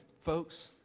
folks